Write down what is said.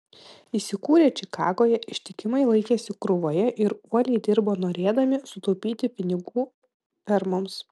įsikūrę čikagoje ištikimai laikėsi krūvoje ir uoliai dirbo norėdami sutaupyti pinigų fermoms